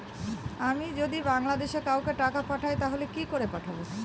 আমি যদি বাংলাদেশে কাউকে টাকা পাঠাই তাহলে কি করে পাঠাবো?